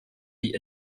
die